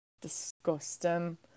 Disgusting